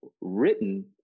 written